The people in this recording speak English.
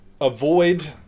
Avoid